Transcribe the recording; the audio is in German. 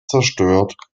zerstört